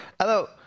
Hello